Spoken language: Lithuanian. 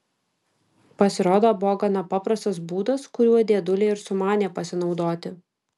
pasirodo buvo gana paprastas būdas kuriuo dėdulė ir sumanė pasinaudoti